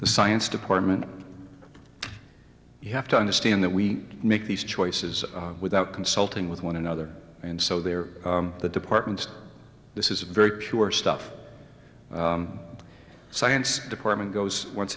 the science department you have to understand that we make these choices without consulting with one another and so there the department this is a very pure stuff science department goes once